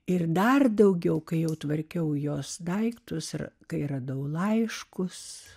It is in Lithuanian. ir dar daugiau kai jau tvarkiau jos daiktus ir kai radau laiškus